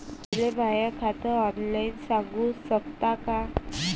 मले माह्या खात नंबर सांगु सकता का?